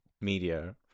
media